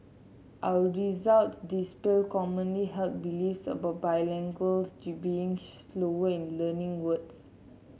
our results dispel commonly held beliefs about bilinguals to being slower in learning words